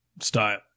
style